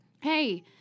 Hey